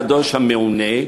הקדוש המעונה,